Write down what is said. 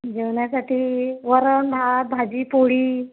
जेवण्यासाठी वरण भात भाजी पोळी